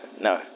No